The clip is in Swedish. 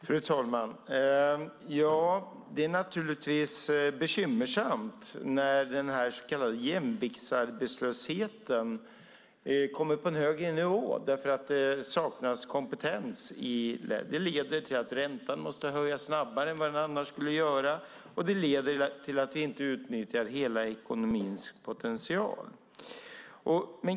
Fru talman! Ja, det är naturligtvis bekymmersamt när den så kallade jämviktsarbetslösheten kommer på en högre nivå därför att det saknas kompetens. Det leder till att räntan måste höjas snabbare än vad den annars skulle göra, och det leder till att vi inte utnyttjar hela ekonomins potential.